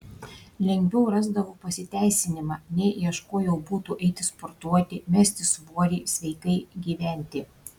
lengviau rasdavau pasiteisinimą nei ieškojau būdų eiti sportuoti mesti svorį sveikai gyventi